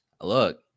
Look